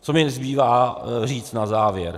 Co mi zbývá říct na závěr?